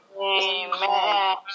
Amen